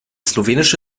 slowenische